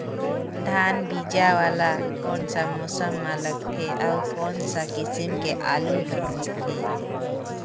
धान बीजा वाला कोन सा मौसम म लगथे अउ कोन सा किसम के आलू हर होथे?